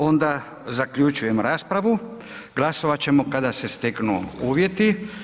Onda zaključujem raspravu, glasovat ćemo kada se steknu uvjeti.